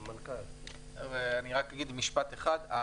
אדוני המנכ"ל, בבקשה.